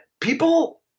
people